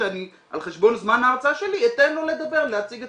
שאני על חשבון זמן ההרצאה שלי אתן לו לדבר ולהציג את